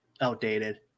outdated